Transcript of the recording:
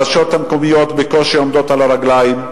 הרשויות המקומיות בקושי עומדות על הרגליים,